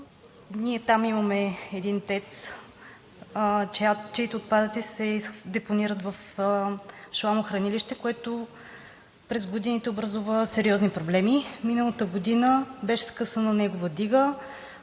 Ние там имаме един ТЕЦ, чийто отпадъци се депонират в шламохранилище, което през годините образува сериозни проблеми. Миналата година беше скъсана негова дига,